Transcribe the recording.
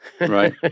right